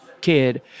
kid